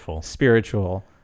spiritual